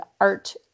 art